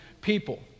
people